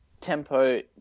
tempo